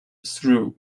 through